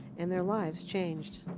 and their lives changed,